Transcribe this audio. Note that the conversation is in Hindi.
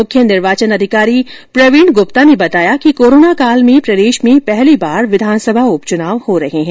मुख्य निर्वाचन अधिकारी प्रवीण ग्रप्ता ने बताया कि कोरोना काल में प्रदेश में पहली बार विधानसभा के उप चुनाव हो रहे हैं